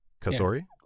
Kasori